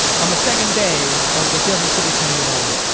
on the second day of the jefferson city tornado,